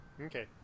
Okay